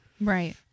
Right